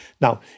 Now